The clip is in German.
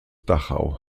dachau